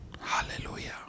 Hallelujah